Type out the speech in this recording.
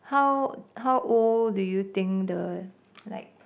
how how old do you think the like